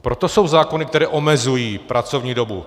Proto jsou zákony, které omezují pracovní dobu.